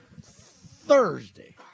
Thursday